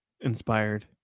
inspired